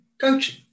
Coaching